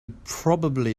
probably